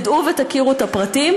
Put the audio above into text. תדעו ותכירו את הפרטים,